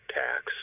tax